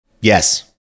Yes